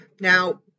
Now